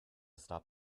stop